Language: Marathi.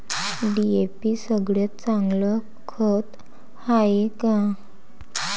डी.ए.पी सगळ्यात चांगलं खत हाये का?